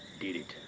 did it?